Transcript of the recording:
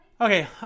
Okay